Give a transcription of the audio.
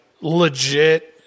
legit